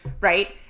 Right